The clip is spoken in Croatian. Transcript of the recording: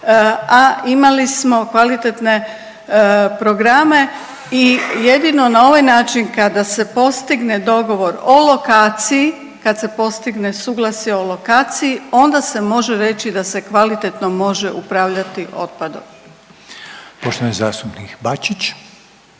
a imali smo kvalitetne programe. I jedino na ovaj način kada se postigne dogovor o lokaciji, kad se postigne suglasje o lokaciji onda se može reći da se kvalitetno može upravljati otpadom. **Reiner,